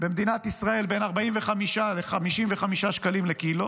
בין 45 ל-55 שקלים לקילו